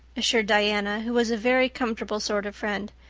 assured diana, who was a very comfortable sort of friend.